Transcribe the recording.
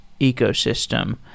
ecosystem